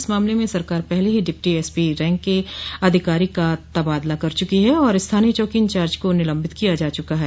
इस मामले में सरकार पहले ही डिप्टी एसपी रैंक के अधिकारी का तबादला कर चुकी है और स्थानीय चौकी इंचार्ज को निलम्बित किया जा चुका है